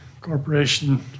corporation